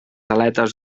aletes